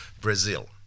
Brazil